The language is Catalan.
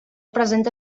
presenta